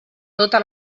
tota